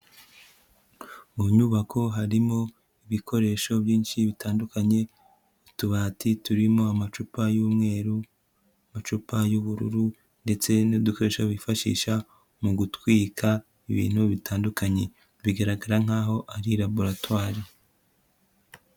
Mu nyubako harimo ibikoresho byinshi bitandukanye, utubati turimo amacupa y'umweru, amacupa y'ubururu ndetse n'udukoresho bifashisha mu gutwika ibintu bitandukanye, bigaragara nk'aho ari laboratoire.